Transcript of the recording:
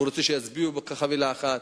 הוא רוצה שיצביעו כחבילה אחת.